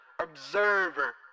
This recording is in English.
observer